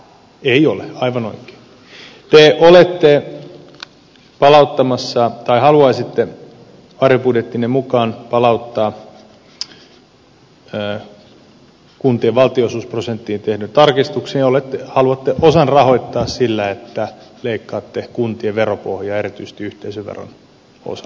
te olette palauttamassa tai haluaisitte varjobudjettinne mukaan palauttaa kuntien valtionosuusprosenttiin tehdyn tarkistuksen ja haluatte osan rahoittaa sillä että leikkaatte kuntien veropohjaa erityisesti yhteisöveron osalta